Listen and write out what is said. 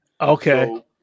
Okay